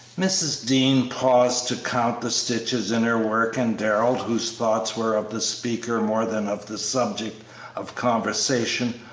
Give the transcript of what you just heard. mrs. dean paused to count the stitches in her work, and darrell, whose thoughts were of the speaker more than of the subject of conversation,